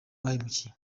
bahemukiye